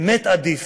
אמת עדיף.